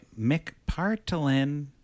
McPartlin